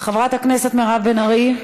חברת הכנסת מירב בן ארי.